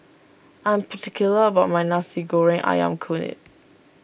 I am particular about my Nasi Goreng Ayam Kunyit